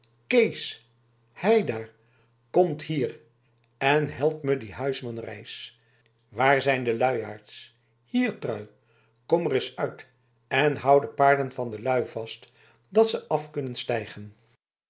kees hei daar komt hier en helpt me dien huisman ereis waar zijn de luiaards hier trui kom ereis uit en hou de paarden van de lui vast dat ze af kunnen stijgen